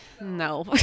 no